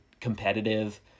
competitive